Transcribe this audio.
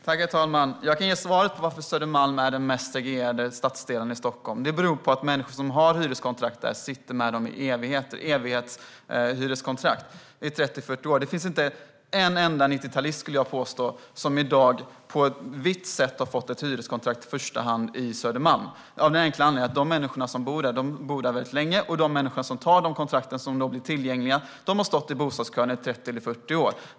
Herr talman! Jag kan ge svar på varför Södermalm är den mest segregerade stadsdelen i Stockholm. Det beror på att människor som har hyreskontrakt där sitter med dem i evigheter, 30-40 år. Jag skulle vilja påstå att det i dag inte finns en enda 90-talist som har fått ett vitt hyreskontrakt i första hand på Södermalm, av den enkla anledningen att de människor som bor där bor där väldigt länge. Och de människor som får de kontrakt som blir tillgängliga har stått i bostadskön i 30-40 år.